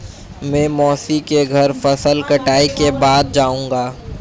मैं मौसी के घर फसल कटाई के बाद जाऊंगा